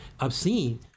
obscene